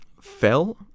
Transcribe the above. fell